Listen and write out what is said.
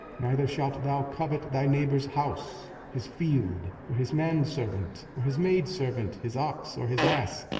neither shalt thou covet thy neighbour's house, his field, or his manservant, or his maidservant, his ox, or his ass,